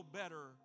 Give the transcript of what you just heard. better